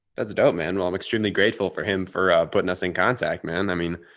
that's dope, man. well, i'm extremely grateful for him for putting us in contact man. i mean,